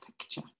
picture